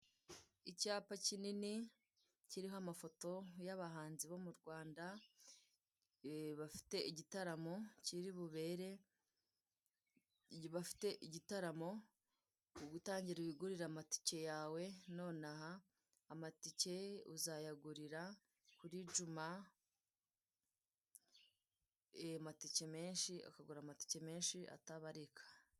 Icyapa kinini kiriho amafoto y'abahanzi bo mu Rwanda bafite igitaramo kiri bubere, bafite igitaramo ubwo tangira wigurire amatike yawe nonaha, amatike uzayagurira kuri juma amatike menshi ukagura amatike menshi atabarika.